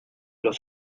los